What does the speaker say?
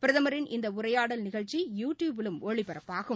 பிரதமரின் இந்தஉரையாடல் நிகழ்ச்சி யு டியூப் யிலும் ஒளிபரப்பாகும்